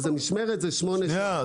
משמרת זה שמונה שעות -- שנייה.